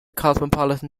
cosmopolitan